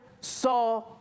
saw